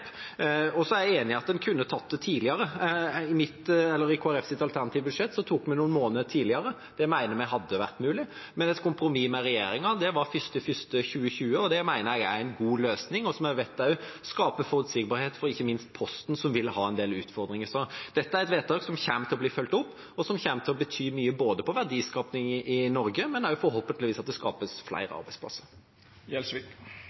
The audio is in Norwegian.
grep. Så er jeg enig i at en kunne tatt det tidligere. I Kristelig Folkepartis alternative budsjett tok vi det noen måneder tidligere. Det mener vi hadde vært mulig, men et kompromiss med regjeringa var 1. januar 2020. Det mener jeg er en god løsning, som jeg vet også skaper forutsigbarhet for ikke minst Posten, som vil ha en del utfordringer. Dette er et vedtak som kommer til å bli fulgt opp, og som kommer til å bety mye – både for verdiskapingen i Norge og for at det forhåpentligvis skapes flere